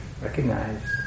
recognize